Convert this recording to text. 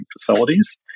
facilities